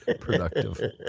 productive